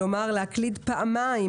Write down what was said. כלומר, להקליד פעמיים.